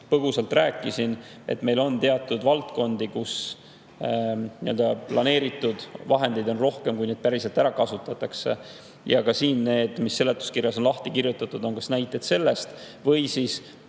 põgusalt rääkisin, meil on teatud valdkondi, kus planeeritud vahendeid on rohkem, kui neid päriselt ära kasutatakse. Ka seletuskirjas on lahti kirjutatud näited sellest või siis